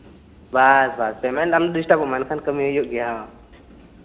ᱵᱟᱥ ᱵᱟᱥ ᱯᱮᱢᱮᱱᱴ ᱟᱞᱚ ᱰᱤᱥᱴᱨᱟᱵᱚᱜ ᱢᱟ ᱮᱱᱠᱷᱟᱱ ᱠᱟᱹᱢᱤ ᱦᱩᱭᱩᱜ ᱜᱮᱭᱟ ᱦᱚᱸ